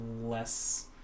less